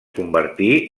convertí